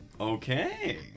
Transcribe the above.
Okay